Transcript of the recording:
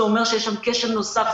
זה אומר שיש שם כשל נוסף,